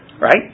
right